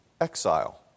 exile